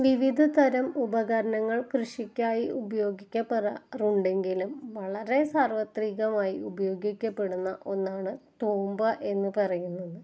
വിവിധതരം ഉപകരണങ്ങൾ കൃഷിക്കായി ഉപയോഗിക്കപ്പെടാറുണ്ടെങ്കിലും വളരെ സാർവ്വത്രികമായി ഉപയോഗിക്കപ്പെടുന്ന ഒന്നാണ് തൂമ്പ എന്ന് പറയുന്നത്